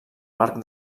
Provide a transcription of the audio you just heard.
marc